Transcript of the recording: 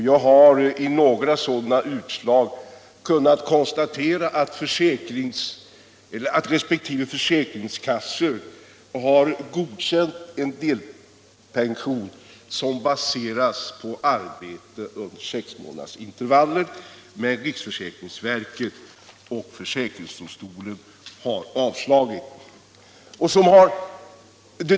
Jag har i fråga om några utslag kunnat konstatera att resp. försäkringskassa har godkänt en ansökan om delpension som baseras på arbete med sex månaders intervaller, medan riksförsäkringsverket och försäkringsdomstolen har avslagit den.